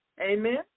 Amen